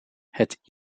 het